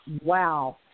wow